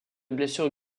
blessure